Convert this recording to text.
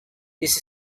this